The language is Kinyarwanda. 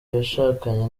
yashakanye